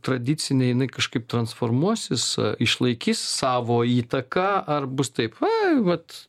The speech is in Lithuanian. tradicinė jinai kažkaip transformuosis išlaikys savo įtaką ar bus taip ai vat